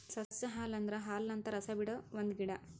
ಸಸ್ಯ ಹಾಲು ಅಂದುರ್ ಹಾಲಿನಂತ ರಸ ಬಿಡೊ ಒಂದ್ ಗಿಡ